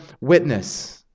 witness